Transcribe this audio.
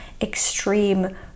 extreme